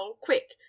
quick